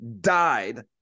died